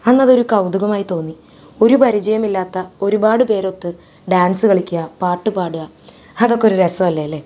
അന്ന് അതൊരു കൗതുകമായി തോന്നി ഒരു പരിചയം ഇല്ലാത്ത ഒരുപാട് പേരൊത്ത് ഡാൻസ് കളിക്കുക പാട്ട് പാടുക അതൊക്കെ ഒരു രസമല്ലേ അല്ലേ